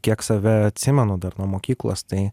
kiek save atsimenu dar nuo mokyklos tai